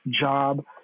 job